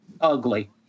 ugly